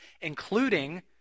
including